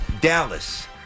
Dallas